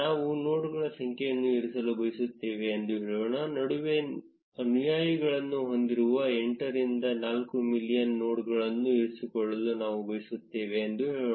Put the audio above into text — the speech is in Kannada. ನಾವು ನೋಡ್ಗಳ ಸಂಖ್ಯೆಯನ್ನು ಇರಿಸಲು ಬಯಸುತ್ತೇವೆ ಎಂದು ಹೇಳೋಣ ನಡುವೆ ಅನುಯಾಯಿಗಳನ್ನು ಹೊಂದಿರುವ 8 ರಿಂದ 4 ಮಿಲಿಯನ್ ನೋಡ್ಗಳನ್ನು ಇರಿಸಿಕೊಳ್ಳಲು ನಾವು ಬಯಸುತ್ತೇವೆ ಎಂದು ಹೇಳೋಣ